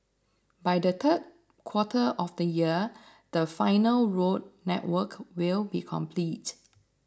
by the third quarter of next year the final road network will be complete